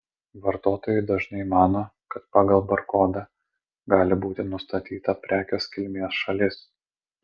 vartotojai dažnai mano kad pagal barkodą gali būti nustatyta prekės kilmės šalis